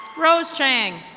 prose chang.